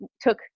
took